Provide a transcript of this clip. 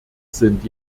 sind